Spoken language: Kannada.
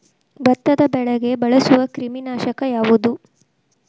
ಭತ್ತದ ಬೆಳೆಗೆ ಬಳಸುವ ಕ್ರಿಮಿ ನಾಶಕ ಯಾವುದು?